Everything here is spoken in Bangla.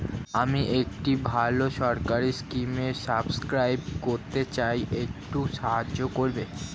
আমি একটি ভালো সরকারি স্কিমে সাব্সক্রাইব করতে চাই, একটু সাহায্য করবেন?